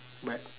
but